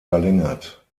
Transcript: verlängert